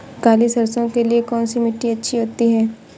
काली सरसो के लिए कौन सी मिट्टी अच्छी होती है?